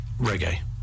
reggae